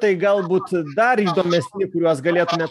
tai galbūt dar įdomesni kuriuos galėtume